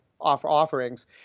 offerings